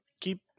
keep